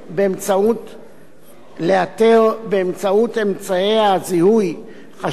באמצעות אמצעי הזיהוי, חשודים בביצוע עבירות